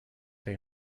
they